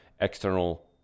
external